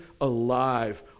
alive